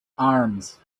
arms